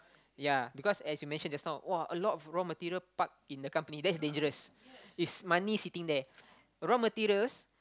ya because as you mentioned just now !wah! a lot raw material park in the company that's dangerous it's money sitting there raw materials